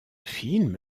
film